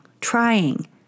trying